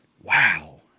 wow